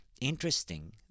Interesting